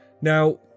Now